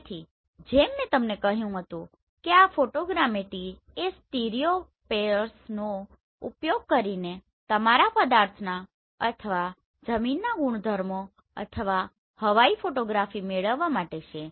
તેથી જેમ મેં તમને કહ્યું હતું કે આ ફોટોગ્રામેટ્રી એ સ્ટીરિયોપેઅર્સનો ઉપયોગ કરીને તમારા પદાર્થોના અથવા જમીનના ગુણધર્મો અથવા હવાઇ ફોટોગ્રાફી મેળવવા માટે છે